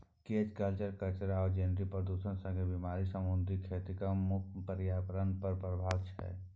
cage कल्चरक कचरा आ जेनेटिक प्रदुषण संगे बेमारी समुद्री खेतीक मुख्य प्रर्याबरण पर प्रभाब छै